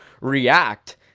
react